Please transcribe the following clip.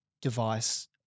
device